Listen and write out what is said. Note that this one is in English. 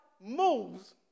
moves